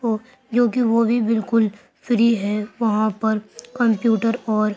جو کہ وہ بھی بالکل فری ہے وہاں پر کمپیوٹر اور